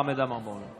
חמד עמאר באולם.